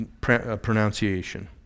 pronunciation